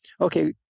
Okay